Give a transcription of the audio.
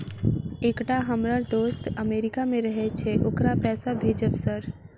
एकटा हम्मर दोस्त अमेरिका मे रहैय छै ओकरा पैसा भेजब सर?